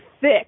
thick